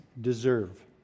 deserve